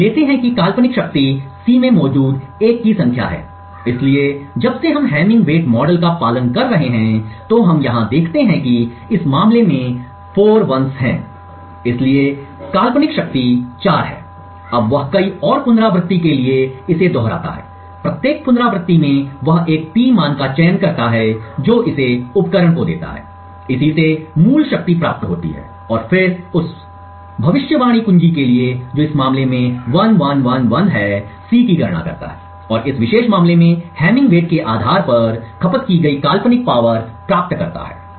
तो हम लेते हैं कि काल्पनिक शक्ति C में मौजूद 1 की संख्या है इसलिए जब से हम हैमिंग वेट मॉडल का पालन कर रहे हैं तो हम यहां देखते हैं कि इस मामले में 4 1s है इसलिए काल्पनिक शक्ति 4 है अब वह कई और पुनरावृति के लिए इसे दोहराता है प्रत्येक पुनरावृत्ति में वह एक P मान का चयन करता है जो इसे उपकरण को देता है इसी से मूल शक्ति प्राप्त होती है और फिर उस भविष्यवाणी कुंजी के लिए जो इस मामले में 1111 है C की गणना करता है और इस विशेष मामले में हैमिंग वेट के आधार पर खपत की गई काल्पनिक शक्ति प्राप्त करता है